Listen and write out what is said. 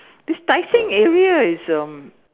this Tai Seng area is um